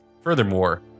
furthermore